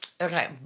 Okay